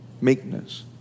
Meekness